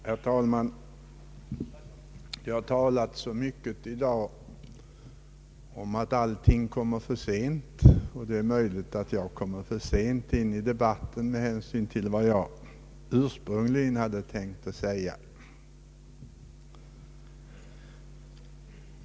Herr talman! Det har talats så mycket i dag om att allting kommer för sent, och det är möjligt att jag kommer för sent in i debatten med hänsyn till vad jag ursprungligen hade tänkt att säga.